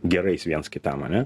gerais viens kitam ane